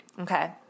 Okay